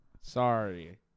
Sorry